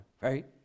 right